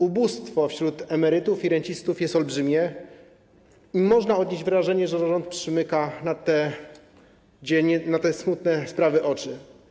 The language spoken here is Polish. Ubóstwo wśród emerytów i rencistów jest olbrzymie i można odnieść wrażenie, że rząd przymyka na te smutne sprawy oczy.